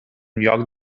lloc